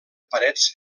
parets